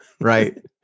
Right